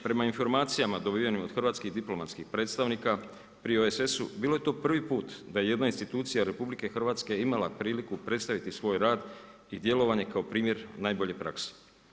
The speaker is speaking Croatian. Prema informacijama dobivenim od hrvatskih diplomatskih predstavnika pri OESS bilo je to prvi put da je jedna institucija RH imala priliku predstaviti svoj rad i djelovanje kao primjer najbolje prakse.